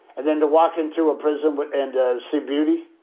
and then to walk into a prison but and see beauty.